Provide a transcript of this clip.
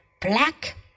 black